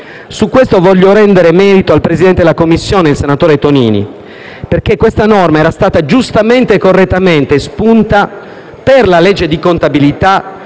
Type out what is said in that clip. Su questo voglio rendere merito al presidente della Commissione, senatore Tonini, perché questa norma era stata giustamente e correttamente espunta, per la legge di contabilità,